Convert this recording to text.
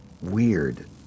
weird